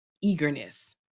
eagerness